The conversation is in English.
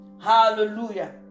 Hallelujah